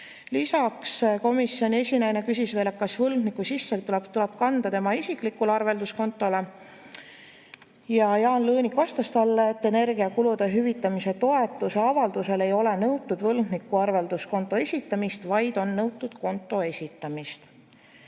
küsis komisjoni esinaine veel, kas võlgniku sissetulek tuleb kanda tema isiklikule arvelduskontole. Jaan Lõõnik vastas talle, et energiakulude hüvitamise toetuse avalduses ei ole nõutud võlgniku arvelduskonto esitamist, vaid on nõutud [tarbimise